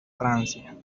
francia